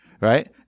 Right